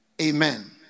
Amen